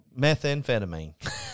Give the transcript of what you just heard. methamphetamine